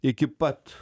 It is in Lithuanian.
iki pat